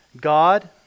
God